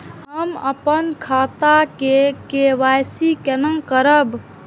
हम अपन खाता के के.वाई.सी केना करब?